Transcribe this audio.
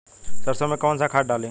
सरसो में कवन सा खाद डाली?